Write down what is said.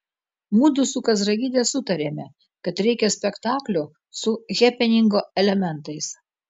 mudu su kazragyte sutarėme kad reikia spektaklio su hepeningo elementais